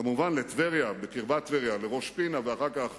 כמובן לטבריה, בקרבת טבריה, לראש-פינה ואחר כך